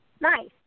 Nice